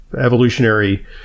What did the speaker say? evolutionary